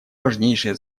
важнейшее